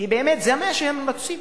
כי באמת זה מה שהם רוצים,